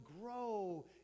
grow